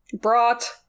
brought